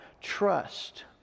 trust